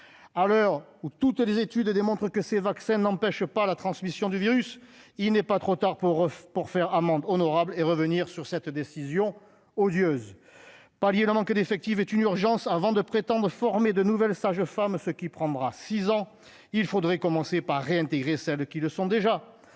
à l'heure où toutes les études démontrent que ces vaccins n'empêche pas la transmission du virus, il n'est pas trop tard pour pour faire amende honorable et revenir sur cette décision odieuse pallier le manque d'effectifs est une urgence avant de prétendre former de nouvelles sages-femmes, ce qui prendra six ans il faudrait commencer par réintégrer celles qui le sont déjà,